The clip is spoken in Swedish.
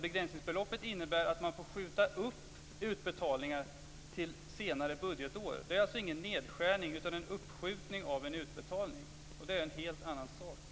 Begränsningsbeloppet innebär att man får skjuta upp utbetalningar till senare budgetår. Det är alltså inte en nedskärning, utan det handlar om att man skjuter upp en utbetalning. Och det är en helt annan sak.